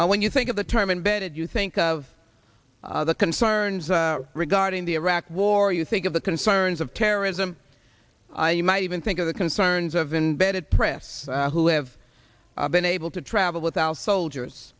book when you think of the term imbedded you think of other concerns regarding the iraq war you think of the concerns of terrorism you might even think of the concerns of in bed press who have been able to travel without soldiers